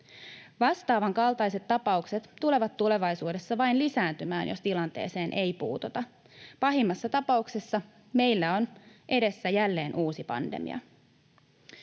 Vastaavan kaltaiset tapaukset tulevat tulevaisuudessa vain lisääntymään, jos tilanteeseen ei puututa. Pahimmassa tapauksessa meillä on edessä jälleen uusi pandemia.